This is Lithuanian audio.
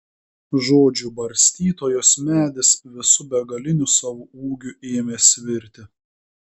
žodžių barstytojos medis visu begaliniu savo ūgiu ėmė svirti